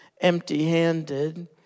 empty-handed